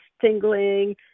tingling